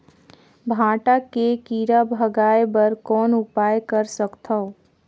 भांटा के कीरा भगाय बर कौन उपाय कर सकथव?